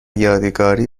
یادگاری